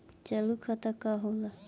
चालू खाता का होला?